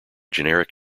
generic